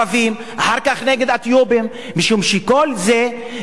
משום שכל זה יוצא ממקור אחד.